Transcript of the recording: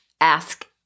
ask